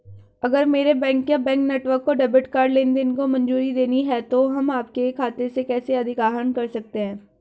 अगर मेरे बैंक या बैंक नेटवर्क को डेबिट कार्ड लेनदेन को मंजूरी देनी है तो हम आपके खाते से कैसे अधिक आहरण कर सकते हैं?